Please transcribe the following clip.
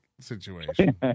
situation